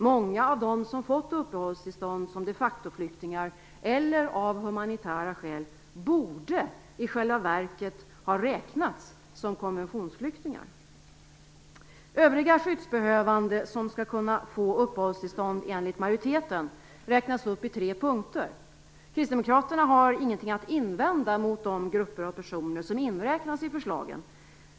Många av de som fått uppehållstillstånd som de facto-flyktingar eller av humanitära skäl, borde i själva verket ha räknats som konventionsflyktingar. Övriga skyddsbehövande som enligt majoriteten skall kunna få uppehållstillstånd räknas upp i tre punkter. Kristdemokraterna har ingenting att invända mot de grupper av personer som inräknas i förslagen.